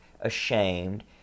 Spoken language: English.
ashamed